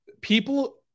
people